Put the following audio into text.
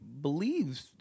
believes